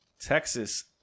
Texas